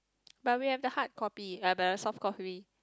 but we have the hardcopy uh blah the softcopy